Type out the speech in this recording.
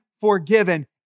forgiven